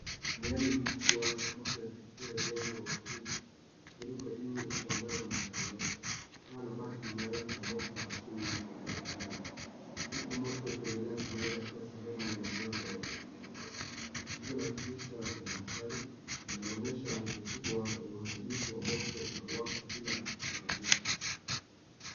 Miale mikubwa ya moto yateketeza njengo kwa nguvu ikiruka juu na kuangaza mandhari yote ,paa la bati limeanza kubomoka chini ya joto Kali huku moto ukiendelea kumeza kila sehemu ya mwendo wa njengo, tukio la kutisha lina hatari linaloonyesha unguvu mkubwa wa uharibufu wa moto unaowaka bila kuzuilika.